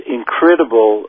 incredible